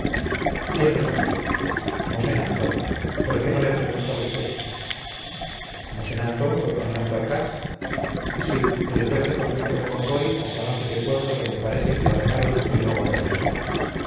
quién lo sabe mosén antón por qué no le preguntó usted mosén antón fue con santorcaz sí trijueque condujo el convoy hasta no sé qué pueblo donde parece que la dejaron y luego regresó